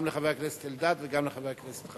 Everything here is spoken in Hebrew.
גם לחבר הכנסת אלדד וגם לחבר הכנסת חנין.